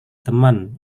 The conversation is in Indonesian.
teman